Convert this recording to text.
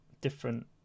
different